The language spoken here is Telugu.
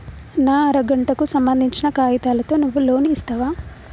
నా అర గంటకు సంబందించిన కాగితాలతో నువ్వు లోన్ ఇస్తవా?